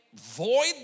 void